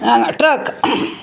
truck